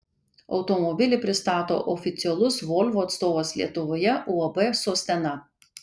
automobilį pristato oficialus volvo atstovas lietuvoje uab sostena